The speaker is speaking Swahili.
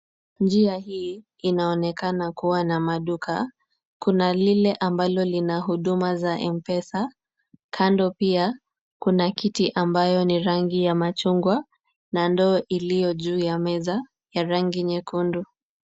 Njia hii inaonekana kuwa na maduka. Kuna lile ambalo lina huduma za mpesa. Kando pia kuna kiti ambayo ni rangi ya machungwa na ndoo iliyo juu ya meza ya rangi nyekundu.